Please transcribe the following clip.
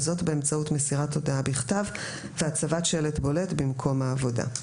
וזאת באמצעות מסירת הודעה בכתב והצבת שלט בולט במקום העבודה.